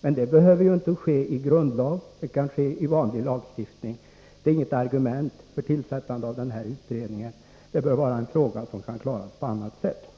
Men de ändringarna behöver inte ske i grundlag utan kan ske i vanlig lagstiftning. Detta är alltså inget argument för tillsättande av en utredning, utan frågan bör kunna klaras på annat sätt.